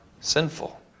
sinful